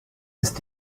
ist